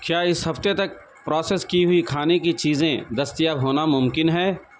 کیا اس ہفتے تک پروسس کی ہوئی کھانے کی چیزیں دستیاب ہونا ممکن ہیں